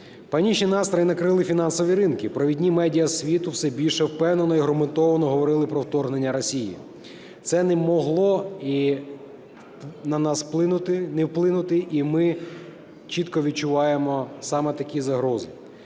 Панічні настрої накрили фінансові ринки, провідні медіа світу все більше впевнено і аргументованого говорили про вторгнення Росії. Це не могло на нас не вплинути, і ми чітко відчуваємо саме такі загрози.